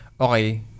okay